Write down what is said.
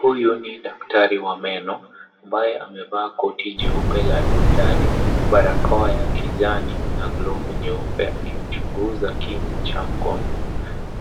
Huyu ni daktari wa meno ambaye amevaa koti jeupe la daktari, barakoa ya kijani na glovu nyeupe akichunguza kinywa cha mgonjwa.